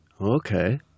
Okay